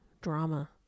drama